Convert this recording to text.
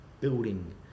building